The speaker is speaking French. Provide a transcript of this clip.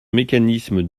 mécanisme